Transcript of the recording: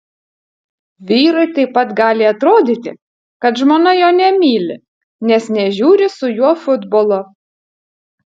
vyrui taip pat gali atrodyti kad žmona jo nemyli nes nežiūri su juo futbolo